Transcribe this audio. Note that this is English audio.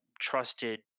trusted